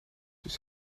zit